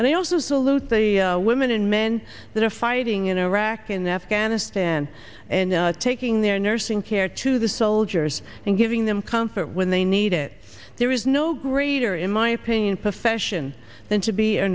and they also salute the women and men that are fighting in iraq and afghanistan and taking their nursing care to the soldiers and giving them comfort when they need it there is no greater in my opinion profession than to be a